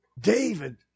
David